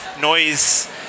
noise